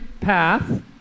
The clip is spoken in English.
path